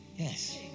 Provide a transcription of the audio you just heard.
Yes